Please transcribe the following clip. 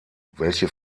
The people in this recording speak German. welche